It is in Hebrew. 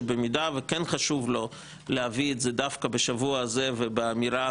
שבמידה וכן חשוב לו להביא את זה דווקא בשבוע הזה ובאמירה,